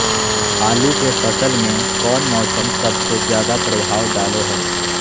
आलू के फसल में कौन मौसम सबसे ज्यादा प्रभाव डालो हय?